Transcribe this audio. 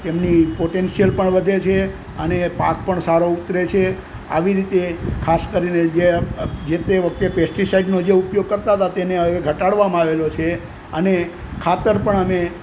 તેમની પોટેન્સીયલ પણ વધે છે અને પાક પણ સારો ઊતરે છે આવી રીતે ખાસ કરીને જે જેતે વખતે પેસ્ટીસાઈડનો જે ઉપયોગ કરતાં હતા તેને હવે ઘટાડવામાં આવેલો છે અને ખાતર પણ અમે